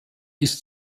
ist